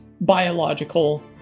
biological